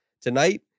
Tonight